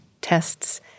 tests